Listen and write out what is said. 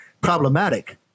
problematic